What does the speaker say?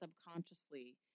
subconsciously